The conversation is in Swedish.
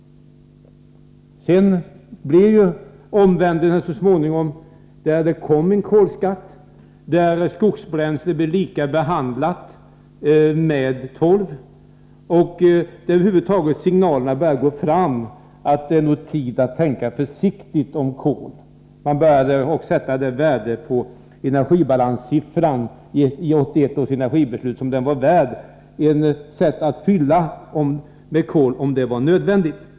Så småningom skedde en omvändning genom att man införde en kolskatt och genom att skogsbränsle började behandlas på samma sätt som torv. Över huvud taget började signaler om att man skulle gå fram försiktigt när det gäller kol komma. Man började mot bakgrund av energibalanssiffran i 1981 års energibeslut helt riktigt se på kol som något som man fyller på med, om detta är nödvändigt.